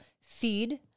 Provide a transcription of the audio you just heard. feed